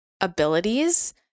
abilities